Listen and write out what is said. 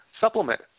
supplement